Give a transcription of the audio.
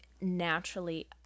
naturally